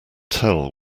tell